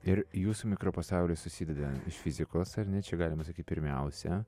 ir jūsų mikropasaulis susideda iš fizikos ar ne čia galime sakyt pirmiausia